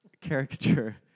caricature